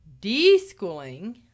Deschooling